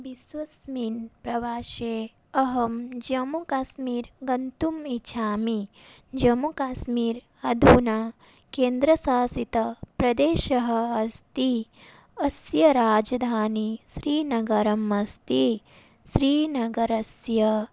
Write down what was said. विश्वस्मिन् प्रवासे अहं जम्मुकाश्मीर् गन्तुम् इच्छामि जम्मुकाश्मीर् अधुना केन्द्रशासितप्रदेशः अस्ति अस्य राजधानी श्रीनगरम् अस्ति श्रीनगरस्य